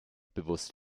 bewusst